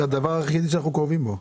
זה הדבר היחיד שאנחנו קרובים בו.